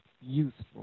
useful